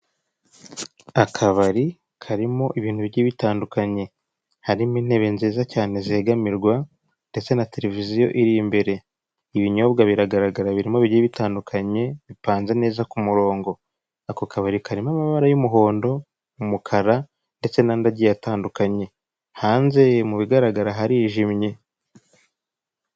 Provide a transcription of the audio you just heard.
Akabari karimo ibintu bigiye bitandukanye. Harimo intebe nziza cyane zegamirwa, ndetse na televiziyo iri imbere. Ibinyobwa biragaragara birimo bigiye bitandukanye, bipanze neza ku murongo. Ako kabari karimo amabara y'umuhondo, umukara ndetse n'andi agiye atandukanye. Hanze mu bigaragara harijimye.